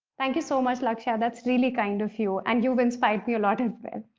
thank you so much, lakshya, that's really kind of you. and you've inspired me a lot as